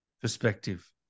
perspective